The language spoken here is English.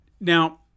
now –